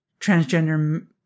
transgender